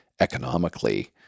economically